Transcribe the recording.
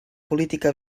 política